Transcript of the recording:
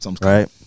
right